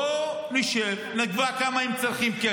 בוא נשב ונקבע כמה כסף הם צריכים,